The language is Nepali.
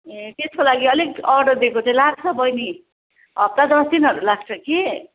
ए त्यसको लागि अलिक अर्डर दिएको चाहिँ लाग्छ बहिनी हप्ता दस दिनहरू लाग्छ कि